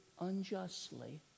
Unjustly